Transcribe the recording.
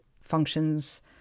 functions